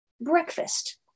Breakfast